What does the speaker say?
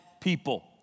people